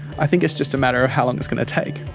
i think it's just a matter of how long it's going to take.